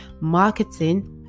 marketing